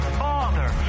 father